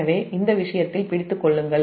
எனவே இந்த விஷயத்தில் பிடித்துக் கொள்ளுங்கள்